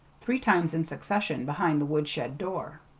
three times in succession behind the woodshed door.